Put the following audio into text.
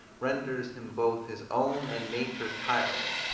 renders him both his own and nature's tyrant.